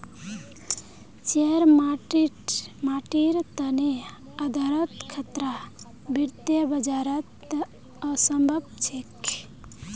share मार्केटेर तने आधारोत खतरा वित्तीय बाजारत असम्भव छेक